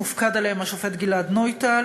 מופקד עליהן השופט גלעד נויטל.